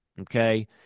Okay